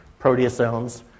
proteasomes